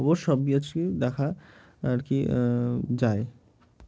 ওর সব বিজ কি দেখা আর কি যায়